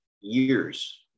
years